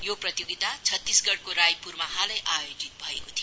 यो प्रतियोगिता छतीसगडको रायपुरमा हालै आयोजित भएको थियो